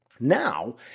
Now